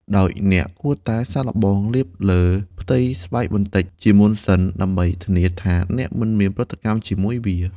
ដោយអ្នកគួរតែសាកល្បងលាបលើផ្ទៃស្បែកបន្តិចជាមុនសិន ដើម្បីធានាថាអ្នកមិនមានប្រតិកម្មជាមួយវា។